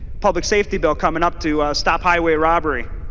public safety bill coming up to stop highway robbery.